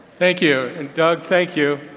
thank you. and doug, thank you,